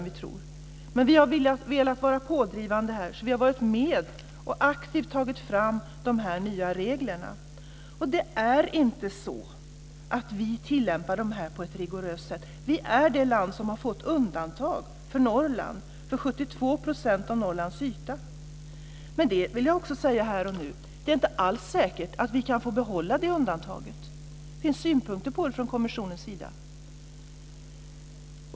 Vi har velat vara pådrivande. Vi har varit med och aktivt tagit fram de nya reglerna. Det är inte så att vi tillämpar dem på ett rigoröst sätt. Vi är det land som har fått undantag för 72 % av Norrlands yta. Det är inte alls säkert att vi kan få behålla det undantaget. Det finns synpunkter på det från kommissionens sida.